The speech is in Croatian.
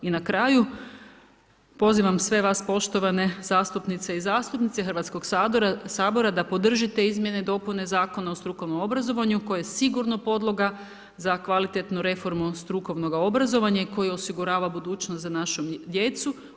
I na kraju, pozivam sve vas poštovane zastupnice i zastupnike Hrvatskoga sabora da podržite izmjene i dopune Zakona o strukovnom obrazovanju koje je sigurno podloga za kvalitetnu reformu strukovnoga obrazovanja i koji osigurava budućnost za našu djecu.